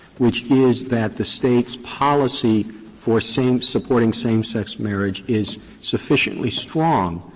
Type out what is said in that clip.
which is that the state's policy for same supporting same-sex marriage is sufficiently strong,